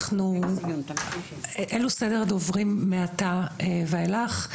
אז אלו סדר הדוברים מעתה והילך,